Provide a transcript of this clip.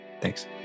Thanks